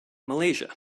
malaysia